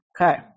Okay